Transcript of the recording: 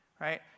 Right